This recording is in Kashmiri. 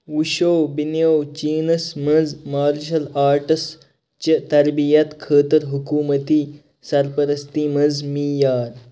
وٕشو بیٚنیو چیٖنس منٛز مارشَل آرٹسچہِ تربِیَت خٲطٕر حُکوٗمٔتی سَرپرستی منٛز میٖعار